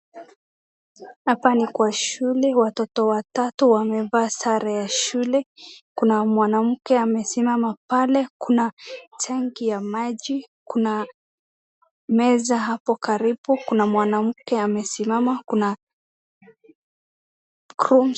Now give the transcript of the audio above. Hapa ni kwa shula watoto watatu wamevaa sare ya shule kuna mwanamke amesimama pale, kuna tanki ya maji kuna meza hapo karibu kuna mwanamke amesimama kuna.